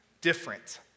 different